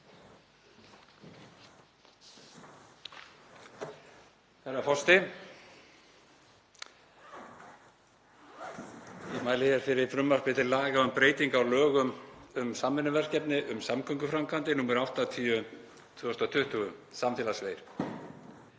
Herra forseti. Ég mæli hér fyrir frumvarpi til laga um breytingu á lögum um samvinnuverkefni um samgönguframkvæmdir, nr. 80/2020, (samfélagsvegir).